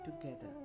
together